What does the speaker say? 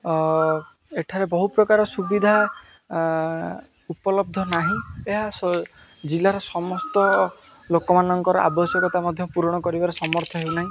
ଏଠାରେ ବହୁ ପ୍ରକାର ସୁବିଧା ଉପଲବ୍ଧ ନାହିଁ ଏହା ଜିଲ୍ଲାର ସମସ୍ତ ଲୋକମାନଙ୍କର ଆବଶ୍ୟକତା ମଧ୍ୟ ପୂରଣ କରିବାର ସମର୍ଥ ହେଉନାହିଁ